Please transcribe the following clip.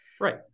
right